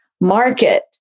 market